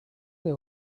they